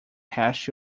hash